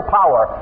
power